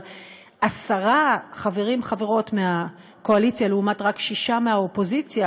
אבל עשרה חברים וחברות מהקואליציה לעומת רק שישה מהאופוזיציה,